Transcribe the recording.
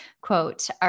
quote